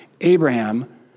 Abraham